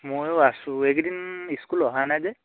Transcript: ময়ো আছোঁ এইকেইদিন স্কুল অহা নাই যে